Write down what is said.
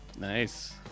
Nice